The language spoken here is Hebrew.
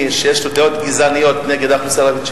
ויש לו דעות גזעניות נגד האוכלוסייה הערבית,